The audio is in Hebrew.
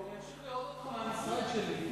אמשיך לראות אותך מן המשרד שלי.